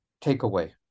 takeaway